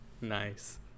Nice